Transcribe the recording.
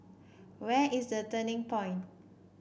where is The Turning Point